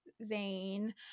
vein